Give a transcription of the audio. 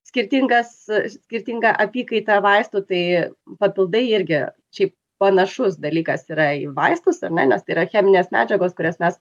skirtingas skirtinga apykaita vaistų tai papildai irgi šiaip panašus dalykas yra į vaistus ar ne nes tai yra cheminės medžiagos kurias mes